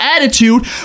attitude